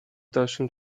dalszym